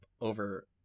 over